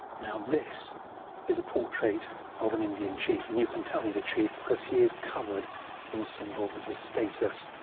now, this is a portrait of an indian chief, and you can tell he's a chief because he is covered in symbols of his status.